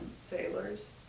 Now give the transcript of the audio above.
sailors